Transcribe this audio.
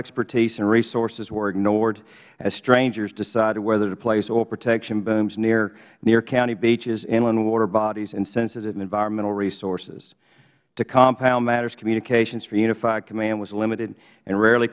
expertise and resources were ignored as strangers decided whether to place oil protection booms near county beaches inland water bodies and sensitive environmental resources to compound matters communications from unified command was limited and rarely